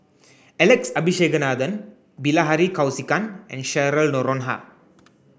Alex Abisheganaden Bilahari Kausikan and Cheryl Noronha